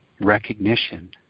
recognition